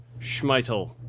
Schmeitel